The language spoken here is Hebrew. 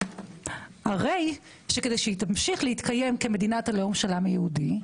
הרי שכדי שהיא תמשיך להתקיים כמדינת הלאום של העם היהודי,